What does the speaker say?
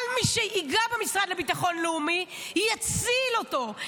כל מי שייגע במשרד לביטחון לאומי יציל אותו,